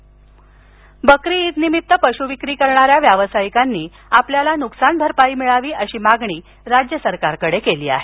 बकरी ईद बकरी ईदनिमित्त पशुविक्री करणाऱ्या व्यावसायिकांनी आपल्याला नुकसान भरपाई मिळावी अशी मागणी राज्य सरकारकडे केली आहे